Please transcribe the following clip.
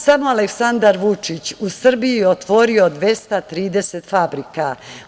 Samo Aleksandar Vučić je u Srbiji otvorio 230 fabrika.